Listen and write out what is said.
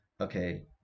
okay